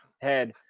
head